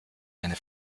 eine